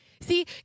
See